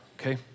okay